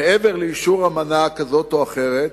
מעבר לאישור אמנה כזאת או אחרת,